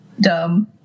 dumb